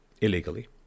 illegally